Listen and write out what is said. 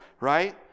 right